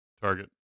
target